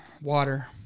Water